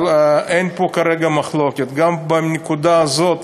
אבל אין פה כרגע מחלוקת, גם בנקודה הזאת,